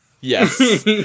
Yes